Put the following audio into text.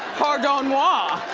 pardon moi.